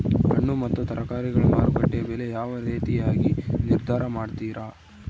ಹಣ್ಣು ಮತ್ತು ತರಕಾರಿಗಳ ಮಾರುಕಟ್ಟೆಯ ಬೆಲೆ ಯಾವ ರೇತಿಯಾಗಿ ನಿರ್ಧಾರ ಮಾಡ್ತಿರಾ?